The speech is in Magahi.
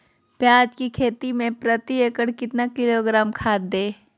प्याज की खेती में प्रति एकड़ कितना किलोग्राम खाद दे?